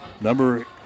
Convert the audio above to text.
Number